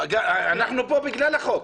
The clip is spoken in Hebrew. אנחנו פה בגלל החוק.